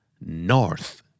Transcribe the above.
North